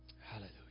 Hallelujah